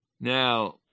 Now